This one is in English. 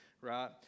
right